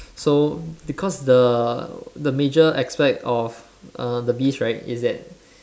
so because the the major aspect of uh the beast right is that